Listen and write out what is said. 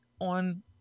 on